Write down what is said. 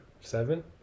seven